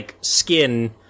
skin